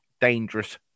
Dangerous